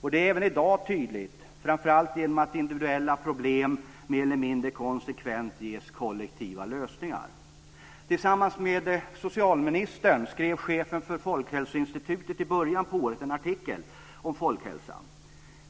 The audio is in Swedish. Detta är även i dag tydligt framför allt genom att individuella problem mer eller mindre konsekvent ges kollektiva lösningar. Tillsammans med socialministern skrev chefen för Folkhälsoinstitutet i början av året en artikel om folkhälsa.